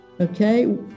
okay